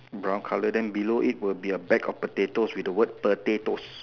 brown colour then below it would be a bag of potatoes with the word potatoes